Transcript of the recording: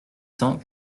cent